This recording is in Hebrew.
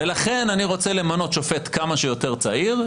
ולכן אני רוצה למנות שופט כמה שיותר צעיר,